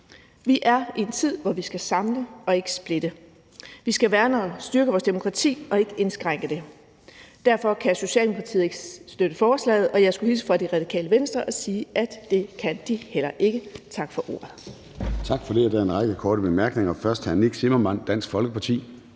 Vi er i en tid, hvor vi skal samle og ikke splitte. Vi skal værne om og styrke vores demokrati og ikke indskrænke det. Derfor kan Socialdemokratiet ikke støtte forslaget. Jeg skulle hilse fra Radikale Venstre og sige, at det kan de heller ikke. Tak for ordet.